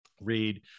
read